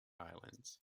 islands